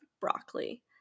broccoli